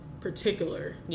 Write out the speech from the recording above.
particular